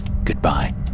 Goodbye